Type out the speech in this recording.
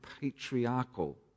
patriarchal